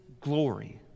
glory